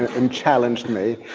and challenged me,